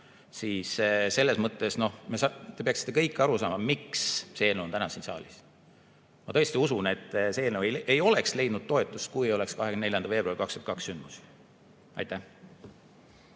siis selles mõttes te peaksite kõik aru saama, miks see eelnõu on täna siin saalis. Ma tõesti usun, et see eelnõu ei oleks leidnud toetust, kui ei oleks olnud 24. veebruari 2022 sündmusi. Aitäh,